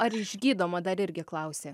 ar išgydoma dar irgi klausė